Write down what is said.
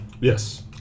Yes